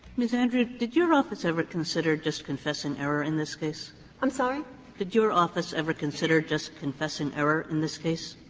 ms. andrieu, did your office ever consider just confessing error in this case i'm sorry? kagan did your office ever consider just confessing error in this case?